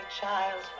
child